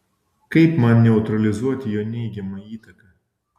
kaip man neutralizuoti jo neigiamą įtaką